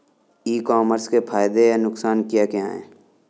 ई commerce के फायदे या नुकसान क्या क्या हैं?